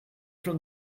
from